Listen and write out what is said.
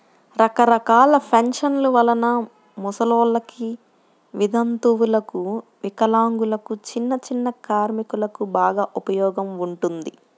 రకరకాల పెన్షన్ల వలన ముసలోల్లకి, వితంతువులకు, వికలాంగులకు, చిన్నచిన్న కార్మికులకు బాగా ఉపయోగం ఉంటుంది